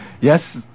yes